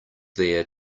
there